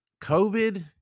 COVID